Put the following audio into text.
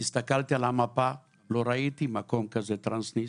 הסתכלתי על המפה, לא ראיתי מקום כזה, טרנסניסטריה.